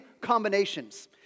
combinations